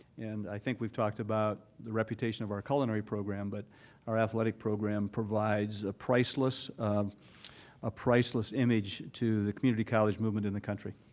and i think we've talked about the reputation of our culinary program, but our athletic program provides a priceless a priceless image to the community college movement in the country.